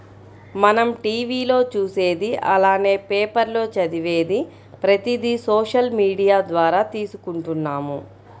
మనం టీవీ లో చూసేది అలానే పేపర్ లో చదివేది ప్రతిది సోషల్ మీడియా ద్వారా తీసుకుంటున్నాము